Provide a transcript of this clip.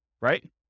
right